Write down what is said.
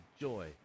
joy